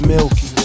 Milky